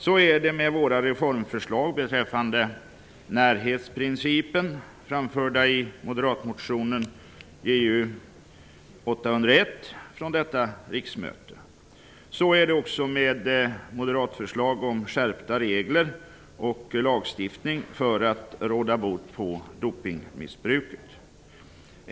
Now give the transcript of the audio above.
Så är det med våra reformförslag beträffande närhetsprincipen som är framförda i moderatmotionen Ju801 från detta riksmöte. Så är det också med moderatförslag om skärpta regler och skärpt lagstiftning för att råda bot på dopningsmissbruket.